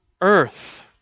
earth